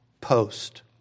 post